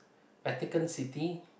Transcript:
Pelican city